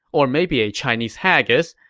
or maybe a chinese haggis,